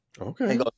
Okay